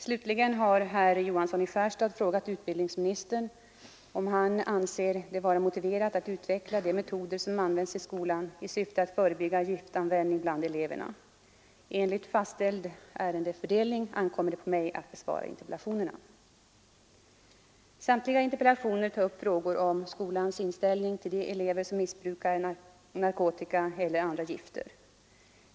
Slutligen har herr Johansson i Skärstad frågat utbildningsministern, om han anser det vara motiverat att utveckla de metoder som används i skolan i syfte att förebygga giftanvändning bland eleverna. Enligt fastställd ärendefördelning ankommer det på mig att besvara interpellationerna. Samtliga interpellationer tar upp frågor om skolans inställning till de elever som missbrukar narkotika eller andra gifter.